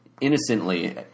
innocently